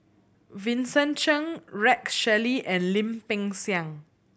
Vincent Cheng Rex Shelley and Lim Peng Siang